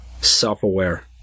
self-aware